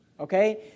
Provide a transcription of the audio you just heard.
Okay